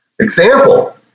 Example